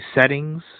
settings